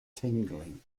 tingling